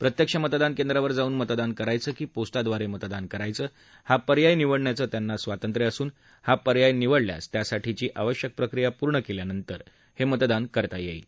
प्रित्यक्ष मतदान केंद्रावर जाऊन मतदान करायचं की पोस्टद्वार प्रितदान करायचं हा पर्याय निवडण्याचं त्यांना स्वातत्र्य असून हा पर्याय निवडल्यास त्यासाठीची आवश्यक प्रक्रिया पूर्ण कल्यानंतर हस्तिदान करता यईस